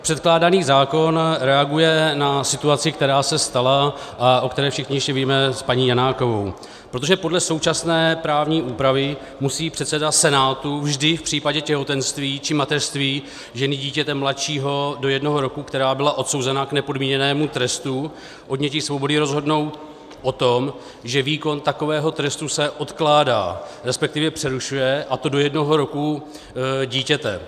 Předkládaný zákon reaguje na situaci, která se stala a o které všichni víme, s paní Janákovou, protože podle současné právní úpravy musí předseda senátu vždy v případě těhotenství či mateřství ženy dítěte mladšího do jednoho roku, která byla odsouzena k nepodmíněnému trestu odnětí svobody, rozhodnout o tom, že výkon takového trestu se odkládá, resp. přerušuje, a to do jednoho roku dítěte.